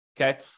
okay